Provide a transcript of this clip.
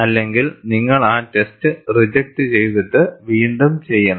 അല്ലെങ്കിൽ നിങ്ങൾ ആ ടെസ്റ്റ് റിജക്ക്റ്റ് ചെയ്തിട്ട്വീണ്ടും ചെയ്യണം